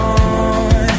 on